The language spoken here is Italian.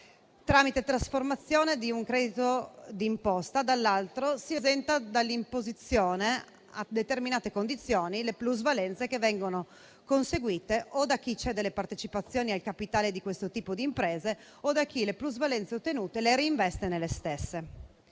tramite trasformazione di un credito d'imposta; dall'altro, si esentano dall'imposizione, a determinate condizioni, le plusvalenze che vengono conseguite o da chi cede le partecipazioni al capitale di questo tipo di imprese, o da chi le plusvalenze ottenute le reinveste nelle stesse.